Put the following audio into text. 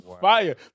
fire